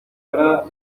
cerrada